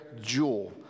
jewel